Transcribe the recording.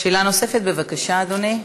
שאלה נוספת, בבקשה, אדוני.